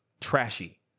trashy